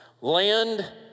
land